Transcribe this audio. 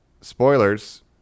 spoilers